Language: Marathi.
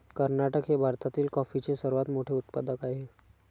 कर्नाटक हे भारतातील कॉफीचे सर्वात मोठे उत्पादक आहे